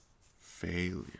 failure